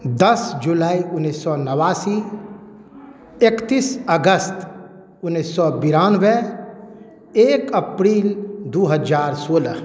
दस जुलाई उन्नीस सए नबासी एकतीस अगस्त उन्नीस सए बिरानबे एक अप्रिल दू हजार सोलह